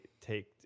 take